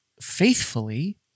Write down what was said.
faithfully